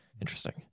Interesting